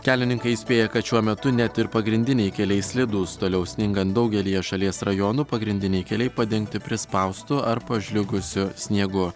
kelininkai įspėja kad šiuo metu net ir pagrindiniai keliai slidūs toliau sningan daugelyje šalies rajonų pagrindiniai keliai padengti prispaustu ar pažliugusiu sniegu